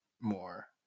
more